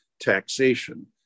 taxation